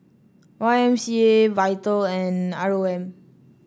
Y M C A Vital and R O M